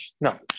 No